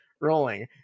rolling